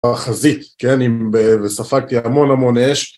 החזית, כן, וספגתי המון המון אש.